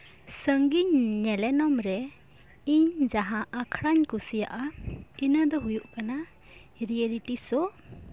ᱥᱟᱺᱜᱤᱧ ᱧᱮᱱᱮᱞᱚᱢ ᱨᱮ ᱤᱧ ᱡᱟᱦᱟᱸ ᱟᱠᱲᱟᱧ ᱠᱩᱥᱤᱭᱟᱜᱼᱟ ᱤᱱᱟᱹ ᱫᱚ ᱦᱩᱭᱩᱜ ᱠᱟᱱᱟ ᱨᱤᱭᱮᱞᱤᱴᱤ ᱥᱳ